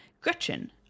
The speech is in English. Gretchen